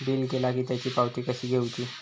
Bill केला की त्याची पावती कशी घेऊची?